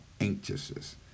anxiousness